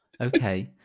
okay